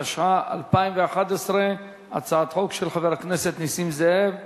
התשע"א 2011, הצעת חוק של חבר הכנסת נסים זאב.